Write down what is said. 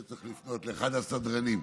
צריך לפנות לאחד הסדרנים.